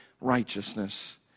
righteousness